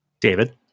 David